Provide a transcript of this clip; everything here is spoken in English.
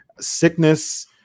sickness